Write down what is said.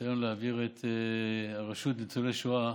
הניסיון להעביר את הרשות לניצולי שואה